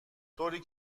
طوری